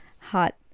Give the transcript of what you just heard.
hot